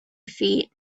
feet